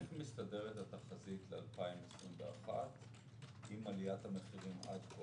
איך מסתדרת התחזית ל-2021 עם עליית המחירים עד כה?